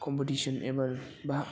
competition एबार बाहा